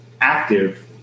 active